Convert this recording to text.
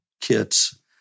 kits